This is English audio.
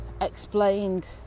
explained